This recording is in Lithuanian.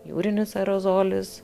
jūrinis aerozolis